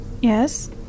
Yes